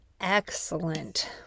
excellent